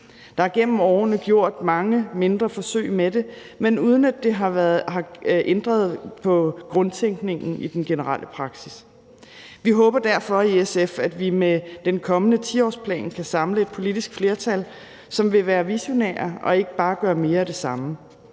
Der er igennem årene gjort mange mindre forsøg med det, men uden at det har ændret på grundtænkningen i den generelle praksis. Vi håber derfor i SF, at vi med den kommende 10-årsplan kan samle et politisk flertal, som vil være visionære og ikke bare gøre mere af det samme.